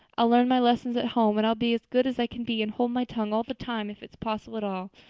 i'll learn my lessons at home and i'll be as good as i can be and hold my tongue all the time if it's possible at all.